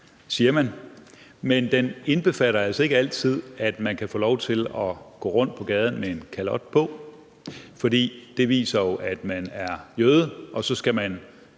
siger man – men den indbefatter altså ikke altid, at man kan få lov til at gå rundt på gaden med en kalot på hovedet, fordi det jo viser, at man er jøde, og så skal man